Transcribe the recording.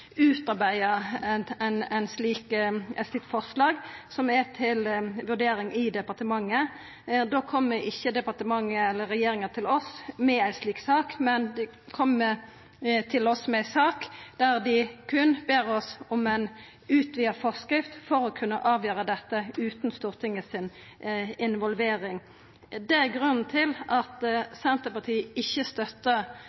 forslag, som er til vurdering i departementet. Då kjem ikkje departementet eller regjeringa til oss med ei slik sak, dei kjem til oss med ei sak der dei berre ber oss om ei utvida forskrift for å kunna avgjera dette utan involvering av Stortinget. Det er grunnen til